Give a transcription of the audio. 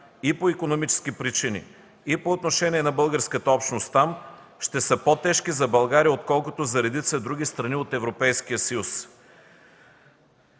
и по икономически причини, и по отношение на българската общност там ще са по-тежки за България, отколкото за редица други страни в Европейския съюз.